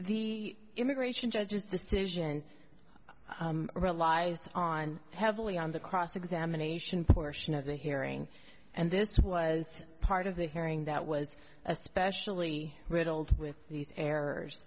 the immigration judge's decision relies on heavily on the cross examination portion of the hearing and this was part of the hearing that was especially riddled with